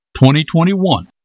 2021